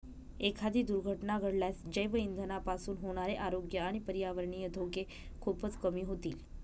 एखादी दुर्घटना घडल्यास जैवइंधनापासून होणारे आरोग्य आणि पर्यावरणीय धोके खूपच कमी होतील